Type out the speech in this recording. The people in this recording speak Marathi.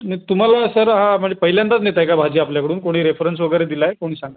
नाही तुम्हाला सर हां म्हणजे पहिल्यांदाच नेत आहे का भाजी आपल्याकडून कोणी रेफरन्स वगैरे दिला आहे कोणी सांगा